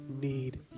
need